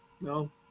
No